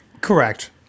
Correct